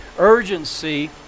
urgency